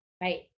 Right